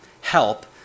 help